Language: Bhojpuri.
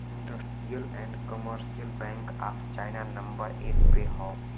industrial and commercial bank of China number एक पे हौ